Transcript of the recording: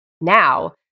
Now